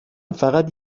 فقط